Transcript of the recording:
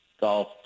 golf